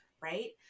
right